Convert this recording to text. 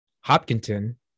Hopkinton